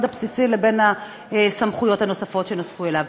הבסיסי לבין הסמכויות הנוספות שניתנו לו.